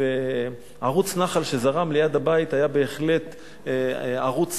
וערוץ נחל שזרם ליד הבית היה בהחלט ערוץ